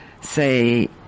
say